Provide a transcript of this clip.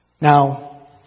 Now